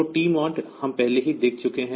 तो टीमोड हम पहले ही देख चुके हैं